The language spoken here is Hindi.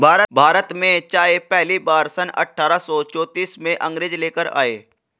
भारत में चाय पहली बार सन अठारह सौ चौतीस में अंग्रेज लेकर आए